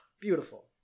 beautiful